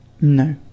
No